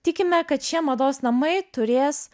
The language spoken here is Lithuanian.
tikime kad šie mados namai turės